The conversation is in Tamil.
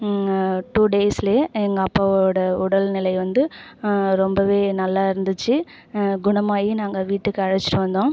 டூ டேஸ்லேயே எங்கள் அப்பாவோடய உடல்நிலை வந்து ரொம்பவே நல்லா இருந்துச்சு குணமாகி நாங்கள் வீட்டுக்கு அழைத்துட்டு வந்தோம்